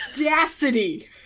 audacity